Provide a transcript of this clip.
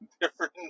different